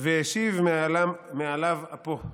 והשיב מעליו אפו".